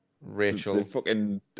Rachel